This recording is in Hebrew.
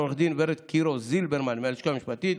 לעו"ד ורד קירו-זילברמן מהלשכה המשפטית,